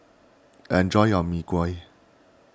enjoy your Mee Kuah